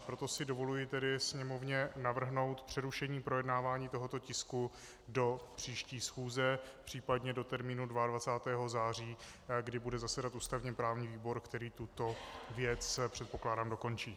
Proto si dovoluji Sněmovně navrhnout přerušení projednávání tohoto tisku do příští schůze, případně do termínu 22. září, kdy bude zasedat ústavněprávní výbor, který tuto věc, předpokládám, dokončí.